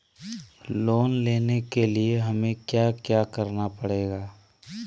Loan लेने के लिए हमें क्या क्या करना पड़ेगा?